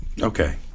Okay